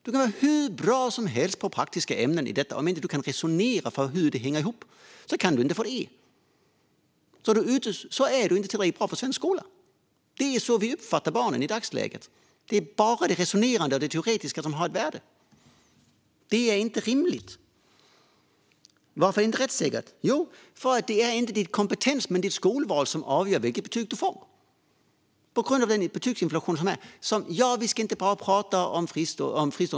Du kan vara hur bra som helst på praktiska ämnen, men om du inte kan resonera om hur det hänger ihop kan du inte få E och är inte tillräckligt bra enligt svensk skola. Det är så man uppfattar barnen i dagsläget; det är bara det resonerande och det teoretiska som har ett värde. Det är inte rimligt. Och varför är det inte rättssäkert? Jo, för att det inte är kompetensen utan skolvalet som avgör vilket betyg du får, och det är på grund av betygsinflationen. Vi ska inte bara prata om fristående skolor.